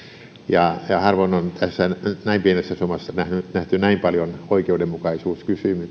ja harvoin on näin pienessä summassa nähty näin paljon oikeudenmukaisuuskysymyksiä